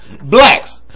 Blacks